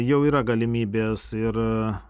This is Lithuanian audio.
jau yra galimybės ir